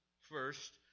First